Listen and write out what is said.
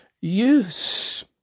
use